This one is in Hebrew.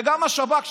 וגם השב"כ,